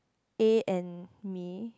A and me